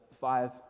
five